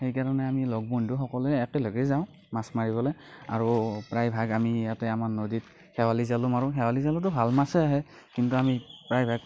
সেইকাৰণে আমি লগ বন্ধুসকলে একেলগে যাওঁ মাছ মাৰিবলৈ আৰু প্ৰায়ভাগ আমি ইয়াতে আমাৰ নদীত শেৱালি জালো মাৰোঁ শেৱালি জালতো ভাল মাছেই আহে কিন্তু আমি প্ৰায়ভাগ